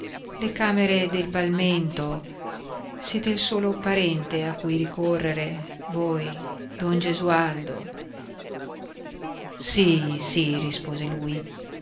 le camere del palmento siete il solo parente a cui ricorrere voi don gesualdo sì sì rispose lui